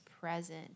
present